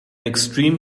extreme